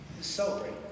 Celebrate